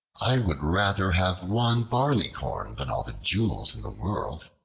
i would rather have one barleycorn than all the jewels in the world.